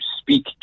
speak